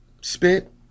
spit